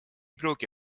pruugi